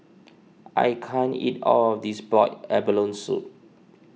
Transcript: I can't eat all of this Boiled Abalone Soup